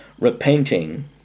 repenting